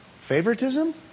favoritism